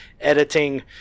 editing